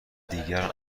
دیگر